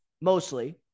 mostly